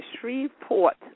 Shreveport